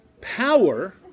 power